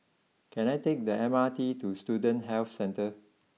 can I take the M R T to Student Health Centre